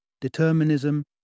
determinism